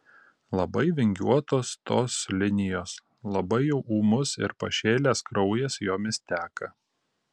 labai vingiuotos tos linijos labai jau ūmus ir pašėlęs kraujas jomis teka